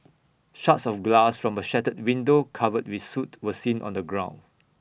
shards of glass from A shattered window covered with soot were seen on the ground